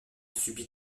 subit